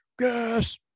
yes